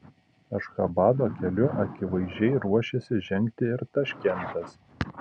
ašchabado keliu akivaizdžiai ruošiasi žengti ir taškentas